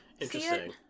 Interesting